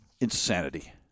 Insanity